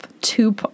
two